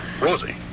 Rosie